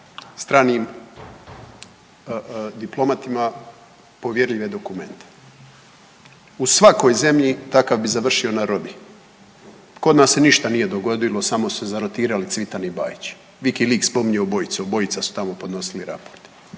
stranim diplomatima povjerljive dokumente. U svakoj zemlji takav bi završio na robiji. Kod nas se ništa nije dogodilo samo se zarotirali Cvitan i Bajić. Wikiliks spominje obojicu, obojica su tamo podnosili raport.